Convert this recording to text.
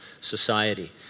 society